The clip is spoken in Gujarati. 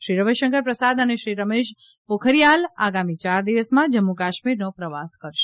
શ્રી રવિશંકર પ્રસાદ અને શ્રી રમેશ પોખરિયાલ આગામી યાર દિવસમાં જમ્મુ કાશ્મીરનો પ્રવાસ કરશે